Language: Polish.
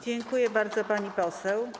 Dziękuję bardzo, pani poseł.